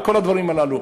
כל הדברים הללו.